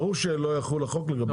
ברור שלא יחול החוק לגביה.